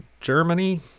Germany